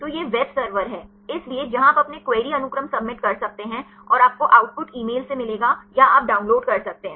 तो यह web server है इसलिए जहां आप अपने क्वेरी अनुक्रम सबमिट कर सकते हैं और आपको आउटपुट ईमेल से मिलेगा या आप डाउनलोड कर सकते हैं